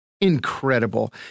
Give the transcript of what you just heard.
Incredible